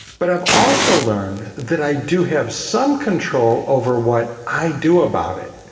but i've also learned that i do have some control over what i do about it.